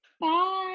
Bye